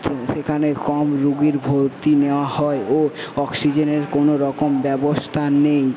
তো সেখানে কম রুগীর ভর্তি নেওয়া হয় ও অক্সিজেনের কোনো রকম ব্যবস্থা নেই